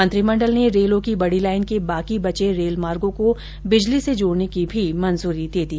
मंत्रिमंडल ने रेलों की बड़ी लाइन के बाकी बचे रेलमार्गो को बिजली से जोडने की भी मंजूरी दे दी